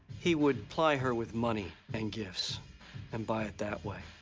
he would ply her with money and gifts and buy it that way.